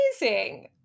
amazing